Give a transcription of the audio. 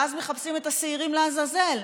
ואז מחפשים את השעירים לעזאזל,